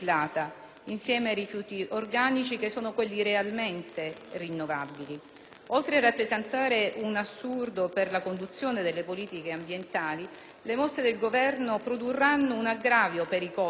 insieme ai rifiuti organici, che sono quelli realmente rinnovabili. Oltre a rappresentare un assurdo per la conduzione delle politiche ambientali, le mosse del Governo produrranno un aggravio dei costi